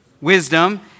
wisdom